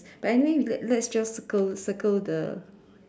but anyway we let let's just circle circle the